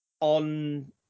on